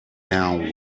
now